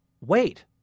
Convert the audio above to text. wait